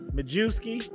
Majewski